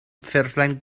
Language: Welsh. ffurflen